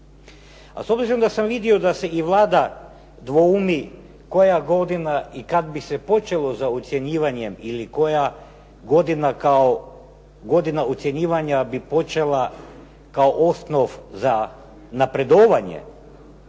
A s obzirom da sam vidio da se i Vlada dvoumi koja godina i kada bi se počelo za ocjenjivanjem ili koja godina kao godina ocjenjivanja bi počela kao osnov za napredovanje